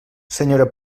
senyora